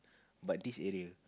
but this area